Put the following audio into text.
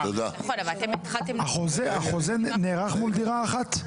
החוזה נערך כדירה אחת?